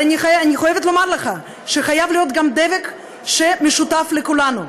אני חייבת לומר לך שחייב להיות גם דבק של המשותף לכולנו.